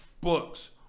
books